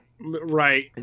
Right